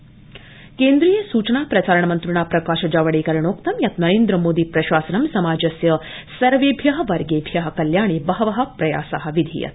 प्रकाश जावडेकर केन्द्रीय सूचना प्रसारण मन्द्रिणा प्रकाश जावडेकरेणोक्तं यत नरेन्द्र मोदी प्रशासनं समाजस्य सर्वेभ्य वर्गेभ्य कल्याणे बहव प्रयासा विधीयते